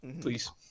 Please